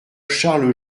charles